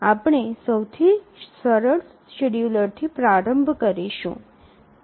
આપણે સૌથી સરળ શેડ્યૂલરથી પ્રારંભ કરીશું